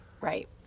Right